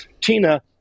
Tina